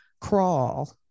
crawl